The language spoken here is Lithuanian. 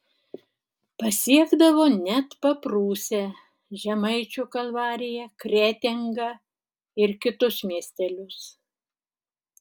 pasiekdavo net paprūsę žemaičių kalvariją kretingą ir kitus miestelius